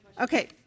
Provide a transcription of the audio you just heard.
Okay